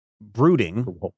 brooding